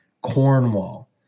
cornwall